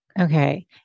Okay